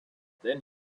then